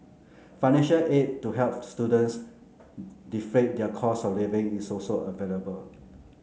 financial aid to help students defray their costs of living is also available